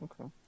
Okay